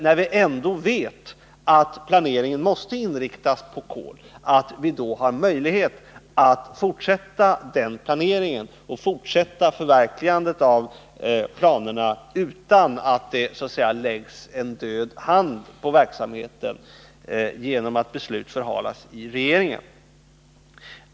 När vi vet att planeringen måste inriktas på kol är det viktigt att vi har möjlighet att fortsätta den planeringen, att fortsätta förverkligandet av planerna, utan att det så att säga läggs en död hand på verksamheten genom att besluten förhalas i regeringen.